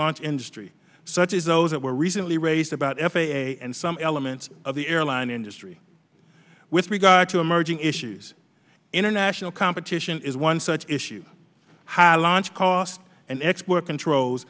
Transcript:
launch industry such as those that were recently raised about f a a and some elements of the airline industry with regard to emerging issues international competition is one such issue how large cost and export controls